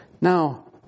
Now